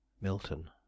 Milton